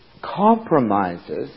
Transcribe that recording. Compromises